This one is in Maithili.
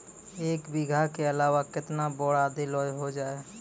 एक बीघा के अलावा केतना बोरान देलो हो जाए?